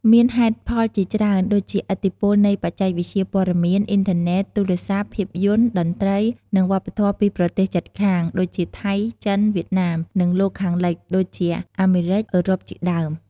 មានហេតុផលជាច្រើន ដូចជា ឥទ្ធិពលនៃបច្ចេកវិទ្យាព័ត៌មាន អ៊ីនធឺណិត ទូរស័ព្ទ ភាពយន្ត តន្ត្រី និងវប្បធម៌ពីប្រទេសជិតខាង ដូចជាថៃ ចិន វៀតណាម និងលោកខាងលិច ដូចជាអាមេរិក អឺរ៉ុបជាដើម ។